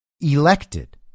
elected